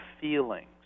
feelings